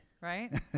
Right